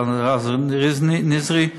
רז נזרי.